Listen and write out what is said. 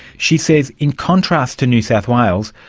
she says in contrast to new south wales,